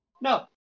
No